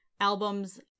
Albums